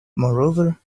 moreover